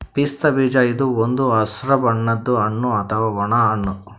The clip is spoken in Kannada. ಪಿಸ್ತಾ ಬೀಜ ಇದು ಒಂದ್ ಹಸ್ರ್ ಬಣ್ಣದ್ ಹಣ್ಣ್ ಅಥವಾ ಒಣ ಹಣ್ಣ್